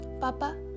Papa